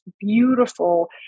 beautiful